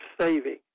saving